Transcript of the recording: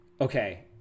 Okay